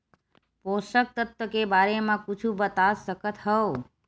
पोषक तत्व के बारे मा कुछु बता सकत हवय?